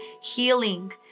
healing